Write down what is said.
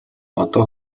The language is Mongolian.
одоо